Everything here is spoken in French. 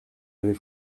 avez